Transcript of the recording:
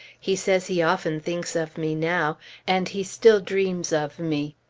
he says he often thinks of me now and he still dreams of me!